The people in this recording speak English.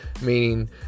Meaning